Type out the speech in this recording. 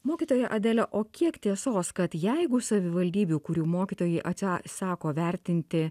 mokytoja adele o kiek tiesos kad jeigu savivaldybių kurių mokytojai atsisako vertinti